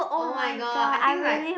oh-my-god I think like